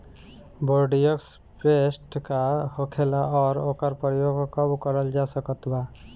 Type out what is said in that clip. Bordeaux paste का होखेला और ओकर प्रयोग कब करल जा सकत बा?